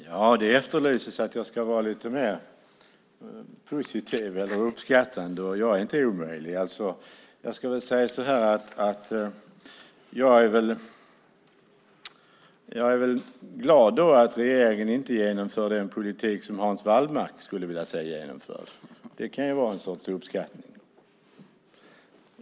Herr talman! Det efterlyses att jag ska vara lite mer positiv eller uppskattande, och jag är inte omöjlig. Jag ska säga så här: Jag är glad att regeringen inte genomförde den politik som Hans Wallmark skulle vilja se genomförd. Det kan ju vara en sorts uppskattning.